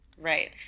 Right